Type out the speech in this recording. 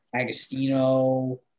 Agostino